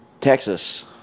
Texas